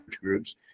groups